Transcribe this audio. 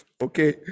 okay